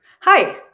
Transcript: Hi